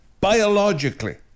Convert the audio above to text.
biologically